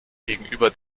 gegenüber